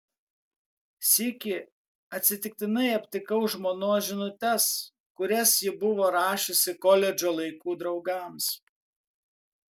sykį atsitiktinai aptikau žmonos žinutes kurias ji buvo rašiusi koledžo laikų draugams